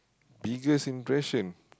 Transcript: biggest impression